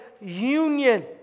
union